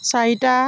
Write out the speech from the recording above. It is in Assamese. চাৰিটা